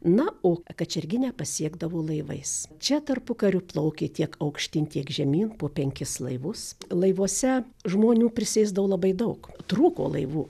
na o kačerginę pasiekdavo laivais čia tarpukariu plaukė tiek aukštyn tiek žemyn po penkis laivus laivuose žmonių prisėsdavo labai daug trūko laivų